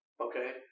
okay